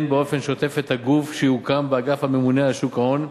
באופן שוטף את הגוף שהוקם באגף הממונה על שוק ההון,